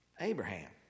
Abraham